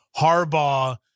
Harbaugh